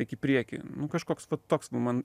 eik į priekį kažkoks toks va man